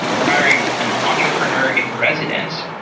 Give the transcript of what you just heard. we're hiring an entrepreneur in residence.